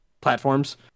platforms